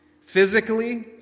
Physically